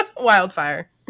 Wildfire